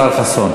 לא ללכת אתו.